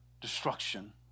destruction